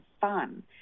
fun